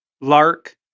Lark